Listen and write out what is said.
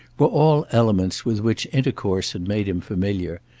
were all elements with which intercourse had made him familiar,